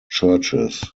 churches